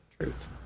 Truth